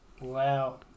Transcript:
Wow